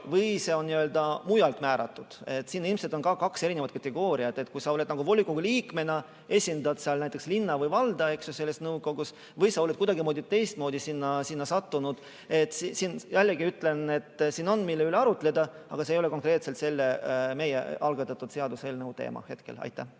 või on see mujal määratud. Siin ilmselt on kaks erinevat kategooriat: kas sa volikogu liikmena esindad näiteks linna või valda selles nõukogus või sa oled kuidagi teistmoodi sinna sattunud. Jällegi ütlen, et siin on, mille üle arutleda, aga see ei ole konkreetselt selle meie algatatud seaduseelnõu teema. Aitäh!